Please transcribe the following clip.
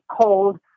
cold